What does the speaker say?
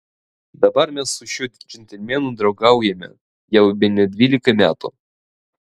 dabar mes su šiuo džentelmenu draugaujame jau bene dvylika metų